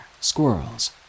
squirrels